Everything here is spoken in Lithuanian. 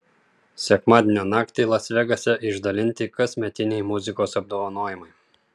sekmadienio naktį las vegase išdalinti kasmetiniai muzikos apdovanojimai